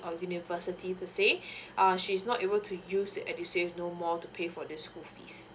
or university per se uh she's not able to use edusave no more to pay for the school fees